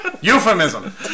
euphemism